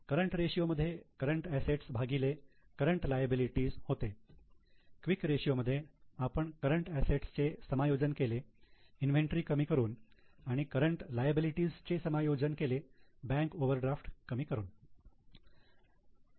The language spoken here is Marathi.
करंट रेशियो मध्ये करंट असेट्स भागिले करंट लायबिलिटी होते क्विक रेशियो मध्ये आपण करंट असेट्स चे समायोजन केले इन्व्हेंटरी कमी करून आणि करंट लायबिलिटी चे समायोजन केले बँक ओव्हरड्राफ्ट कमी करून